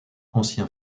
ancien